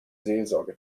seelsorge